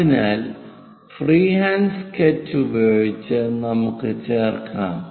അതിനാൽ freehand sketch ഉപയോഗിച്ച് നമുക്ക് ചേർക്കാം